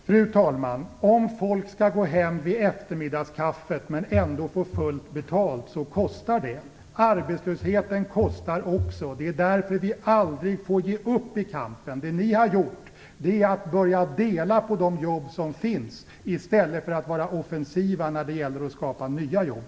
Fru talman! Det kostar om folk skall gå hem vid eftermiddagskaffet och ändå få fullt betalt. Arbetslösheten kostar också. Det är därför som vi aldrig får ge upp i den kampen. Vad ni har gjort är att ni har börjat dela på de jobb som finns i stället för att vara offensiva när det gäller att skapa nya jobb.